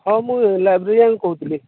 ହଁ ମୁଁ ଲାଇବ୍ରେରିଆନ୍ କହୁଥିଲି